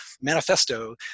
manifesto